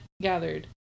gathered